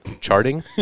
charting